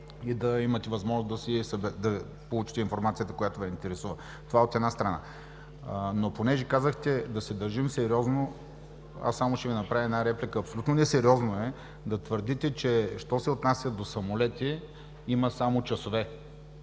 И да имате възможност да получите информацията, която Ви интересува. Това –от една страна. Но понеже казахте да се държим сериозно, аз само ще Ви направя една реплика – абсолютно несериозно е да твърдите, че що се отнася до самолети, има само часове.